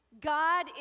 God